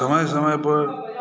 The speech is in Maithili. समय समय पर